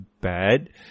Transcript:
bad